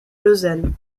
lausanne